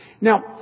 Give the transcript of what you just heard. Now